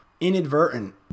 inadvertent